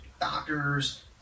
doctors